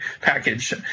package